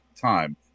time